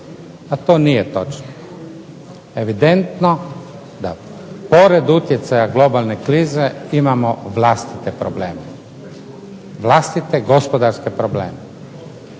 Pa to nije točno. Evidentno da pored utjecaja globalne krize imamo vlastite probleme, vlastite gospodarske probleme